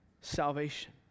salvation